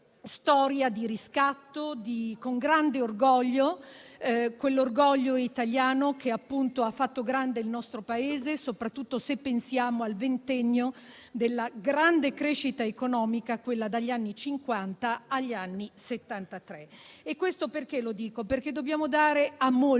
storia di riscatto con grande orgoglio, quell'orgoglio italiano che ha fatto grande il nostro Paese, soprattutto se pensiamo al ventennio della grande crescita economica, quella dagli anni Cinquanta al 1973. Dico questo perché dobbiamo dare a molti